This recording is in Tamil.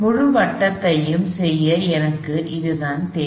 முழு வட்டத்தையும் செய்ய எனக்கு அதுதான் தேவை